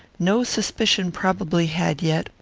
no suspicion probably had yet,